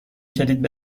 کلید